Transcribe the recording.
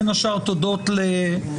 וכמה מתוכן זה לארה אל-קאסם,